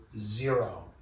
zero